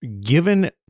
given